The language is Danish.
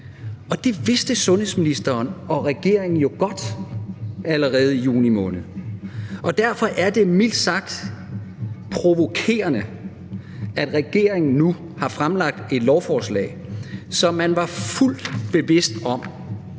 Det vidste sundhedsministeren og regeringen jo godt allerede i juni måned, og derfor er det mildt sagt provokerende, at regeringen nu har fremlagt et lovforslag, som man er fuldt bevidst om